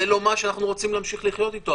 זה לא מה שאנחנו רוצים להמשיך לחיות איתו,